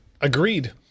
Agreed